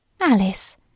Alice